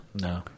No